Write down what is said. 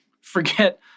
forget